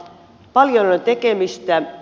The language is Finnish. paljon on tekemistä